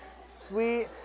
sweet